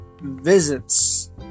visits